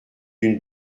d’une